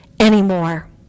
anymore